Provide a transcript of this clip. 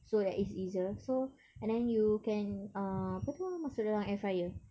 so that it's easier so and then you can uh apa tu masuk dalam air fryer